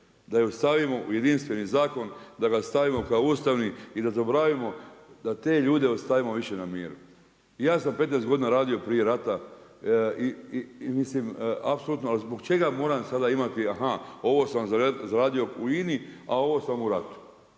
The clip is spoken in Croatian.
da ju stavimo u jedinstveni zakon, da ga stavimo kao ustavni i da zaboravimo i da te ljude ostavimo više na miru. I ja sam 15 godina radio prije rata i mislim, apsolutno, ali zbog čega sada moram imati, a ha, ovo sam zaradio u INA-i a ovo sam u ratu.